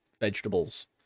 vegetables